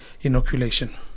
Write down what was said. inoculation